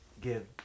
give